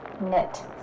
Knit